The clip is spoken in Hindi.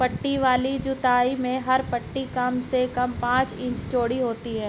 पट्टी वाली जुताई में हर पट्टी कम से कम पांच इंच चौड़ी होती है